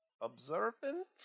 observant